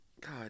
god